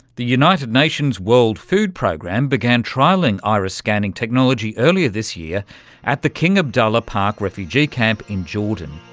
the united nations world food program began trialling iris-scanning technology earlier this year at the king abdullah park refugee camp in jordan.